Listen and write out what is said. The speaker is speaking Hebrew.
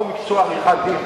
כמו מקצוע עריכת-הדין,